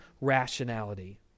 rationality